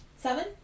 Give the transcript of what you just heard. Seven